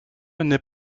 n’est